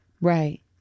right